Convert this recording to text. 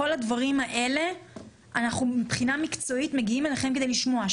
בשביל כל הדברים האלה אנחנו מגיעים אליכם מבחינה מקצועית כדי לשמוע,